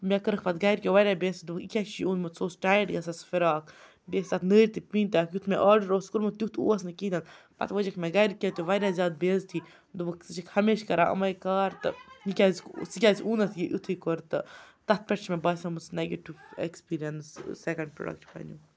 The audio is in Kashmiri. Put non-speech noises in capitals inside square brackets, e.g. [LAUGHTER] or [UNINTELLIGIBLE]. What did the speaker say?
مےٚ کٔرٕکھ پَتہٕ گَرِکیو واریاہ بےٚ عزتی دوٚپُکھ یہِ کیٛاہ چھُے اوٚنمُت سُہ اوس ٹایِٹ گژھان سُہ فِراک بیٚیہِ ٲسۍ تَتھ نٔرۍ تہِ پیٖنٛتۍ اکھ یُتھ مےٚ آرڈَر اوس کوٚرمُت تیُتھ اوس نہٕ کہیٖنۍ تہِ نہٕ پَتہٕ وٲجِکھ مےٚ گَرِکیو تہِ واریاہ زیادٕ بےٚ عزتی دوٚپُکھ ژٕ چھَکھ ہمیشہٕ کَران یِمَے کار تہٕ یہِ کیٛازِ ژٕ کیٛازِ اونُتھ یہِ یُتھُے کُرتہٕ تَتھ پٮ۪ٹھ چھِ مےٚ باسیومُت سُہ نَگیٹِو اٮ۪کٕسپیٖریَنٕس سٮ۪کٮ۪نٛڈ پرٛوٚڈَکٹ [UNINTELLIGIBLE]